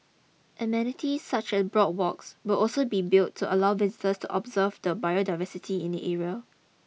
amenities such as boardwalks will also be built to allow visitors to observe the biodiversity in the area